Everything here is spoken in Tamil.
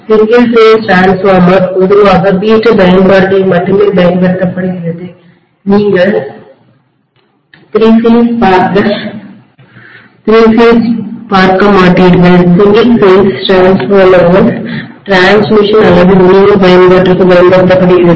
சிங்கிள் பேஸ் மின்மாற்றிடிரான்ஸ்ஃபார்மர் பொதுவாக வீட்டு பயன்பாடுகளில் மட்டுமே பயன்படுத்தப்படுகிறது நீங்கள் திரி பேஸ் பார்க்க மாட்டீர்கள் சிங்கிள் பேஸ் மின்மாற்றிடிரான்ஸ்ஃபார்மர் பரிமாற்றடிரான்ஸ்மிஷன் அல்லது விநியோகபயன்பாட்டிற்கு பயன்படுத்தப்படுகிறது